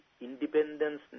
independence